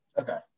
Okay